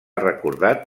recordat